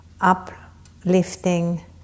uplifting